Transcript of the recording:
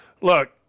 Look